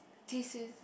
thesis